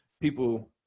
people